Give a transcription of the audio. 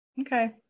Okay